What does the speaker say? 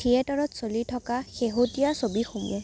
থিয়েটাৰত চলি থকা শেহতীয়া ছবিসমূহ